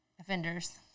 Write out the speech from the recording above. offenders